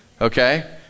okay